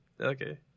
Okay